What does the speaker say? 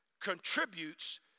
contributes